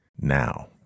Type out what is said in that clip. now